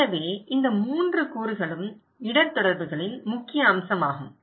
எனவே இந்த 3 கூறுகளும் இடர் தொடர்புகளின் முக்கிய அம்சமாகும்